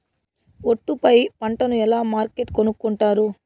ఒట్టు పై పంటను ఎలా మార్కెట్ కొనుక్కొంటారు?